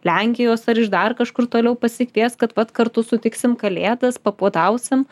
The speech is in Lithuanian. lenkijos ar iš dar kažkur toliau pasikvies kad va kartu sutiksim kalėdas papuotausim